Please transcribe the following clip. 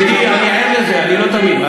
ידידי, אני ער לזה, אני לא תמים.